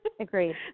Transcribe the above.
Agreed